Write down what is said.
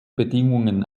bedingungen